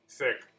thick